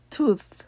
Tooth